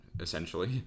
essentially